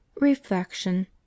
reflection